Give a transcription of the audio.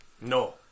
No